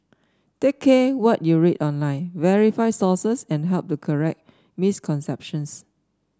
take care what you read online verify sources and help to correct misconceptions